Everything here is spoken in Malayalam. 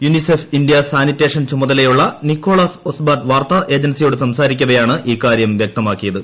യുനിസെഫ് ഇന്ത്യ സാനിറ്റേഷൻ ചുമതലയുടെ നിക്കോളാസ് ഒസ്ബർട്ട് വാർത്താ ഏജൻസിയോട് സംസാരിക്കവേയാണ് ഇക്കാര്യം വ്യക്തമാക്കിയത്